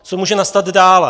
Co může nastat dále?